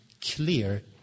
clear